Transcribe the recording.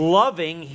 loving